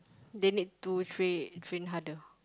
they need to train train harder